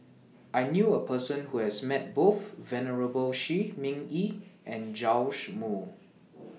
I knew A Person Who has Met Both Venerable Shi Ming Yi and Joash Moo